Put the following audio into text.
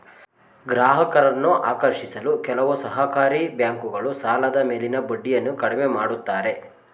ಗ್ರಾಹಕರನ್ನು ಆಕರ್ಷಿಸಲು ಕೆಲವು ಸಹಕಾರಿ ಬ್ಯಾಂಕುಗಳು ಸಾಲದ ಮೇಲಿನ ಬಡ್ಡಿಯನ್ನು ಕಡಿಮೆ ಮಾಡುತ್ತಾರೆ